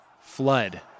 flood